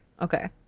Okay